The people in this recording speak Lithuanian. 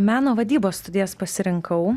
meno vadybos studijas pasirinkau